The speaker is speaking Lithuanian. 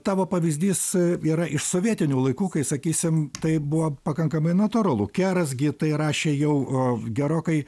tavo pavyzdys yra iš sovietinių laikų kai sakysim tai buvo pakankamai natūralu keras gi tai rašė jau gerokai